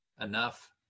enough